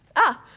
ah,